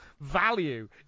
value